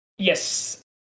Yes